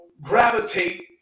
gravitate